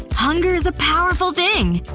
hunger is a powerful thing.